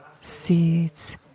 seeds